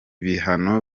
bihano